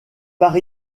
par